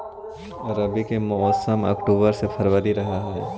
रब्बी के मौसम अक्टूबर से फ़रवरी रह हे